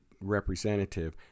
representative